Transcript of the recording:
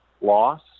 loss